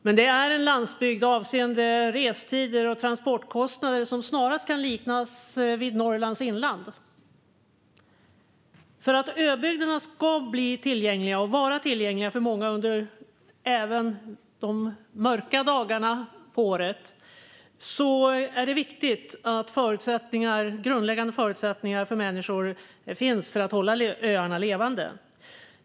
Men det är en landsbygd avseende restider och transportkostnader som snarast kan liknas vid Norrlands inland. För att öbygderna ska vara tillgängliga för många även under de mörka dagarna på året är det viktigt att grundläggande förutsättningar för människor finns för att hålla öarna levande.